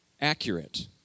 accurate